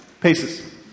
paces